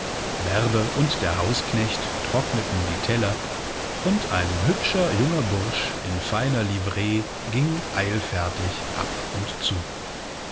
bärbe und der hausknecht trockneten die teller und ein hübscher junger bursch in feiner livree ging eilfertig ab und zu